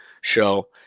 show